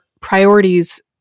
priorities